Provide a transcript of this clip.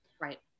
Right